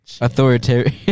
Authoritarian